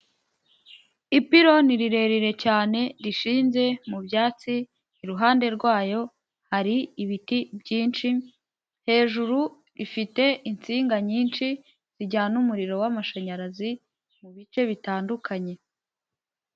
Ipironi rirerire cyane rishinze mu byatsi, iruhande rwayo hari ibiti byinshi, hejuru rifite insinga nyinshi, zijyana umuriro w'amashanyarazi mu bice bitandukanye.